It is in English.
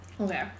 Okay